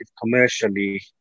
commercially